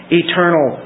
eternal